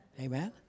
Amen